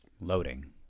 Loading